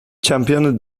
championed